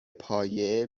پایه